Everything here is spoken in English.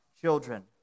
children